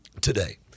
Today